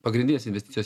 pagrindinės investicijos